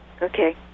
Okay